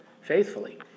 faithfully